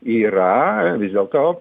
yra vis dėlto